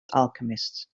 alchemists